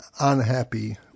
unhappy